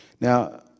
Now